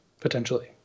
potentially